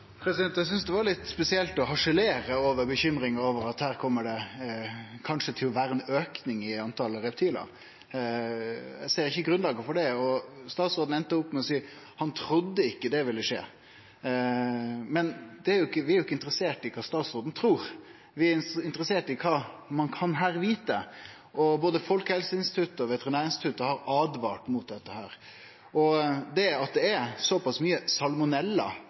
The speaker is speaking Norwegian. Eg synest det var litt spesielt å harselere over bekymringa for at det kanskje kjem til å bli ein auke i talet på reptil. Eg ser ikkje grunnlaget for det. Statsråden enda opp med å seie at han ikkje trudde det ville skje. Vi er ikkje interesserte i kva statsråden trur, vi er interesserte i kva ein kan vite. Både Folkehelseinstituttet og Veterinærinstituttet har åtvara mot dette. Det er såpass mykje salmonella – 90 pst. av reptila er berarar av salmonella – og det